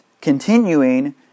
continuing